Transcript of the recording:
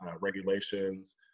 regulations